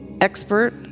expert